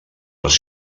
les